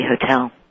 hotel